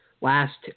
last